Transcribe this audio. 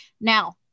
Now